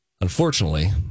Unfortunately